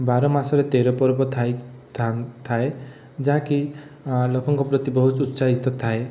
ବାର ମାସରେ ତେର ପର୍ବ ଥାଇ ଥା ଥାଏ ଯାହା କି ଲୋକଙ୍କ ପ୍ରତି ବହୁତ ଉତ୍ସାହିତ ଥାଏ